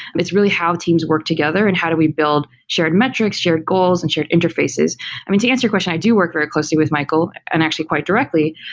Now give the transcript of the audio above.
it's really how teams work together and how do we build shared metrics, shared goals and shared interfaces i mean, to answer your question, i do work very closely with michael and actually quite directly,